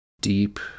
deep